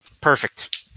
Perfect